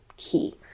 key